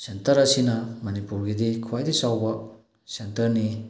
centre ꯑꯁꯤꯅ ꯃꯅꯄꯨꯔꯒꯤꯗꯤ ꯈ꯭ꯋꯥꯏꯗꯩ ꯆꯥꯎꯕ ꯁꯦꯟꯇꯔꯅꯤ